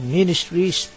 Ministries